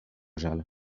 żal